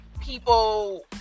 people